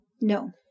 No